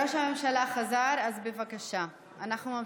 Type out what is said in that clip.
ראש הממשלה חזר, אז בבקשה, אנחנו ממשיכים.